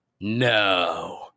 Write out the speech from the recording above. no